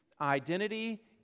identity